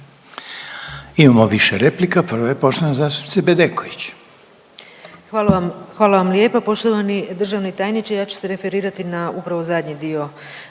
Imamo više replika, prva je poštovane zastupnice Bedeković. **Bedeković, Vesna (HDZ)** Hvala vam lijepa. Poštovani državni tajniče, ja ću se referirati na upravo zadnji dio